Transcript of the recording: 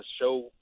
show